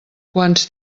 quants